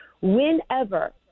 whenever